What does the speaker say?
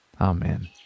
Amen